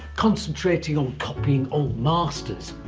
concentrating on copying old masters,